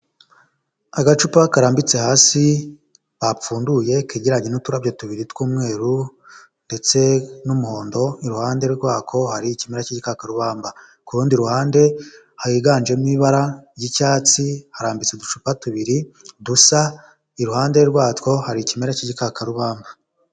Agacupa karambitse hasi, bapfunduye kegereranye n'uturarabyo tubiri tw'umweru, ndetse n'umuhondo, iruhande rwako hari ikimera kiikarubamba, ku rundi ruhande higanjemo ibara ry'icyatsi, harambitse uducupa tubiri dusa iruhande rwatwo hari ikimera cy'igikakarubamba.